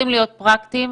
גופים פרטיים,